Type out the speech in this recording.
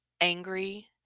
angry